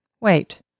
Wait